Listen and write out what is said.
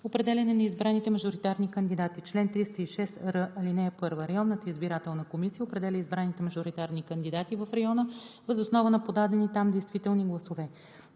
Определяне на избраните мажоритарни кандидати Чл. 306р. (1) Районната избирателна комисия определя избраните мажоритарни кандидати в района въз основа на подадените там действителни гласове.